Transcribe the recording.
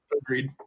Agreed